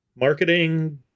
Marketing